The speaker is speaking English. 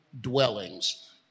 dwellings